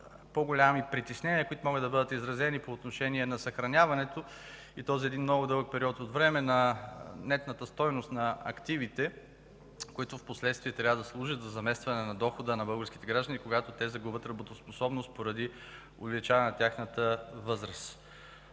по-големи притеснения, които могат да бъдат изразени по отношение на съхраняването, и то за много дълъг период от време на нетната стойност на активите, които впоследствие трябва да служат за заместване на дохода на българските граждани, когато те загубят работоспособност поради увеличаване на тяхната възраст.